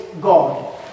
God